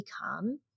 become